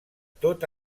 tot